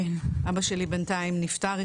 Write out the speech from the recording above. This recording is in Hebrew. אבא שלי בינתיים נפטר,